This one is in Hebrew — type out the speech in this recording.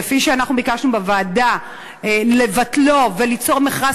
כפי שאנחנו ביקשנו בוועדה לבטלו וליצור מכרז